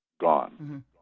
gone